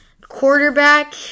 Quarterback